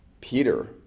Peter